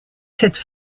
cette